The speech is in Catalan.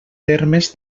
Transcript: termes